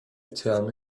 tell